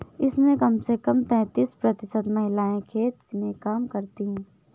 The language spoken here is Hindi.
इसमें कम से कम तैंतीस प्रतिशत महिलाएं खेत में काम करती हैं